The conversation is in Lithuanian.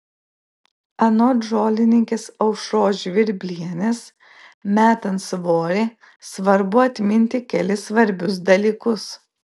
anot žolininkės aušros žvirblienės metant svorį svarbu atminti kelis svarbius dalykus